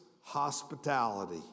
hospitality